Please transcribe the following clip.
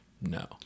No